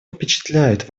впечатляет